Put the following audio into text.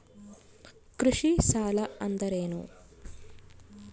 ಕೃಷಿ ಸಾಲ ಅಂದರೇನು?